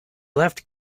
left